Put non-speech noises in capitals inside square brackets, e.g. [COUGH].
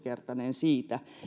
[UNINTELLIGIBLE] kertainen siitä